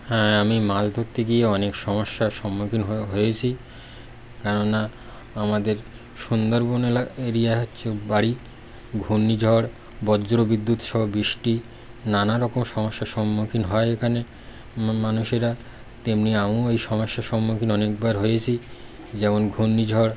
হ্যাঁ আমি মাল ধরতে গিয়ে অনেক সমস্যার সম্মুখীন হয়ে হয়েছি কেননা আমাদের সুন্দরবন এরিয়া হচ্ছে বাড়ি ঘূর্ণিঝড় বজ্র বিদ্যুৎসহ বৃষ্টি নানা রকম সমস্যার সম্মুখীন হয় এখানে মানুষেরা তেমনি আমিও এই সমস্যার সম্মুখীন অনেকবার হয়েছি যেমন ঘূর্ণিঝড়